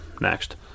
next